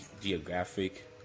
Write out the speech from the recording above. Geographic